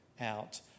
out